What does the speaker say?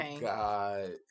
God